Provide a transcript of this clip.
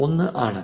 1 ആണ്